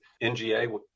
NGA